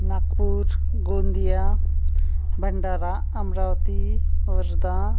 Nagpur Gondia Bhandara Amravati Wardha